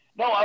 no